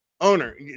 owner